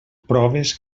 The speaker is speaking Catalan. proves